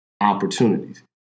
opportunities